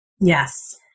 Yes